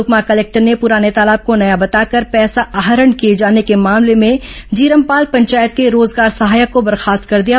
Sukma collector ने पुराने तालाब को नया बताकर पैसा आहरण किए जाने के मामले में जीरमपाल पंचायत के रोजगार सहायक को बर्खोस्त कर दिया है